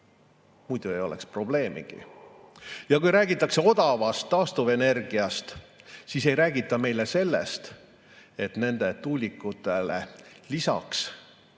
Muidu ei oleks probleemi. Ja kui räägitakse odavast taastuvenergiast, siis ei räägita meile sellest, et lisaks tuulikutele, mis